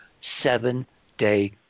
seven-day